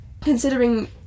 considering